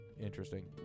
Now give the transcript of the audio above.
Interesting